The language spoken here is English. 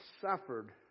suffered